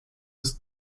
bis